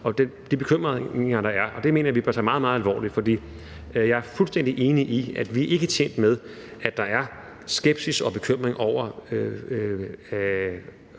om de bekymringer, der er, og dem mener jeg vi bør tage meget, meget alvorligt. For jeg er fuldstændig enig i, at vi ikke er tjent med, at der er skepsis og bekymring over,